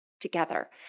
together